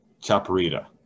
Chaparita